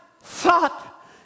thought